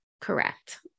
correct